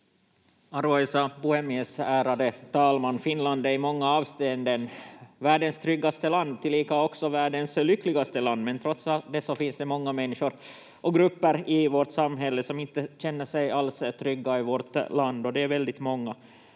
Arvoisa puhemies, ärade talman! Finland är i många avseenden världens tryggaste land, tillika också världens lyckligaste land. Men trots det finns det många människor och grupper i vårt samhälle som inte alls känner sig trygga i vårt land, och de är väldigt många.